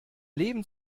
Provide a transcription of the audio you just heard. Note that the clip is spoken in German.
leben